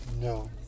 No